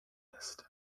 list